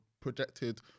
projected